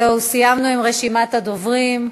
זהו, סיימנו עם רשימת הדוברים.